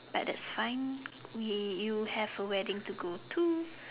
but that's fine you have a wedding to go to